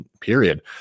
period